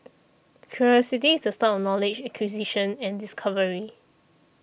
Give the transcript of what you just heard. curiosity is the start knowledge acquisition and discovery